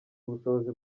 ubushobozi